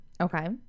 okay